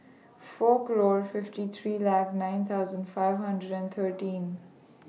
four claw fifty three Lake nine thousand five hundred and thirteen